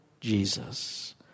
Jesus